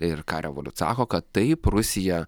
ir ką revoliut sako kad taip rusija